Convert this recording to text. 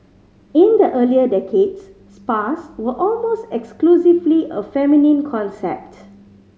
in the earlier decades spas were almost exclusively a feminine concept